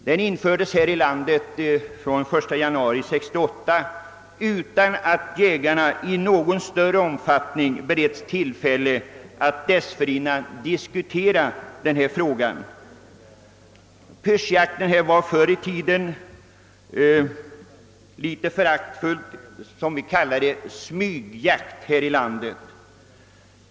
Denna jakt infördes här i landet den 1 januari 1968, utan att jägarna i någon större omfattning beretts tillfälle att dessförinnan diskutera frågan. Pyrschjakten var förr i tiden en smygjakt, såsom vi litet föraktfullt kallade den.